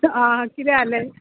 आं किदें जालें